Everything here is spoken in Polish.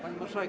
Pani marszałek.